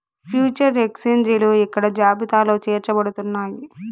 future ఎక్స్చేంజిలు ఇక్కడ జాబితాలో చేర్చబడుతున్నాయి